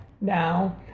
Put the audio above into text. now